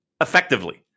effectively